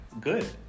Good